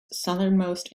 southernmost